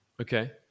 okay